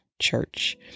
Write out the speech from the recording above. church